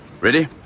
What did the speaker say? Ready